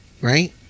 right